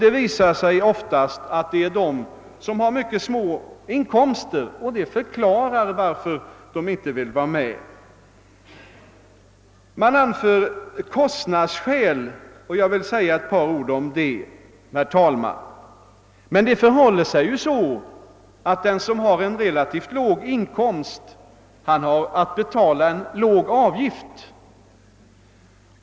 Det är därvid oftast fråga om sådana som har mycket små inkomster, vilket kan vara en förklaring till deras ställningstagande. Man anför vidare kostnadsskäl för sitt utträde, och jag vill säga några ord om detta. Den som har en relativt låg inkomst betalar också en låg avgift.